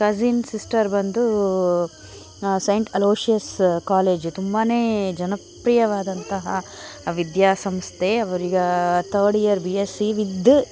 cousin sister ಬಂದು saint Aloysius college ತುಂಬಾ ಜನಪ್ರಿಯವಾದಂತಹ ವಿದ್ಯಾ ಸಂಸ್ಥೆ ಅವರು ಈಗ third year B S C with